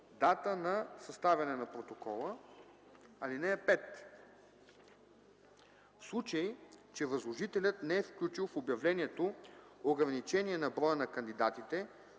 дата на съставяне на протокола. (5) В случай че възложителят не е включил в обявлението ограничение на броя на кандидатите,